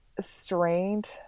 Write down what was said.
strained